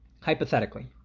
Hypothetically